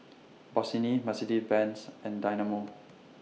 Bossini Mercedes Benz and Dynamo